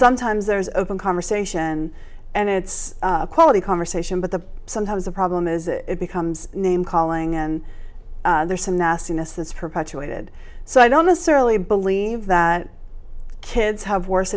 sometimes there's open conversation and it's a quality conversation but the sometimes a problem is it becomes namecalling and there's some nastiness that's perpetuated so i don't necessarily believe that kids have worse